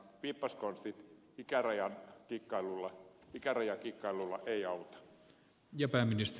vippaskonstit ikärajakikkailulla eivät auta